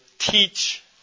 Teach